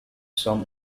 some